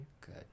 Good